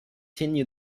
continue